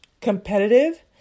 competitive